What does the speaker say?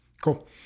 cool